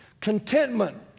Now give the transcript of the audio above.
Contentment